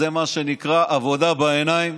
זה מה שנקרא עבודה בעיניים,